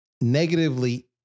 negatively